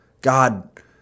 God